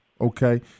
Okay